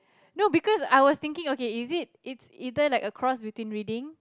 no because I was thinking okay is it its either like a cross between reading